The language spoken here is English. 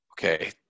Okay